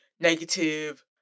negative